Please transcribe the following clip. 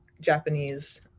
Japanese